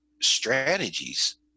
strategies